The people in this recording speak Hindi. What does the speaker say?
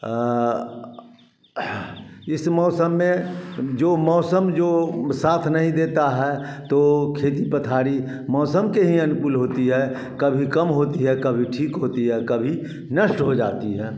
इस मौसम में जो मौसम जो साथ नहीं देता हए तो खेती पथारी मौसम के ही अनुकूल होती है कभी कम होती है कभी ठीक होती है कभी नष्ट हो जाती है